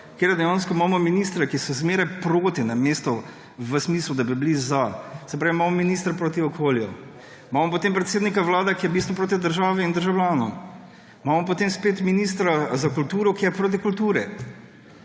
kjer dejansko imamo ministre, ki so zmeraj proti, namesto v smislu, da bi bili za. Se pravi, imamo ministra proti okolju, imamo potem predsednika Vlade, ki je v bistvu proti državi in državljanom, imamo potem spet ministra za kulturo, ki je proti kulturi.